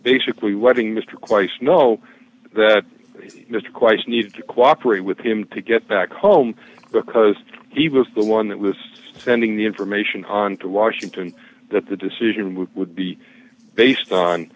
basically what ing mr quites know that mr quest need to cooperate with him to get back home because he was the one that was sending the information on to washington that the decision would be based on